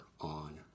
on